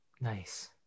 Nice